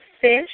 fish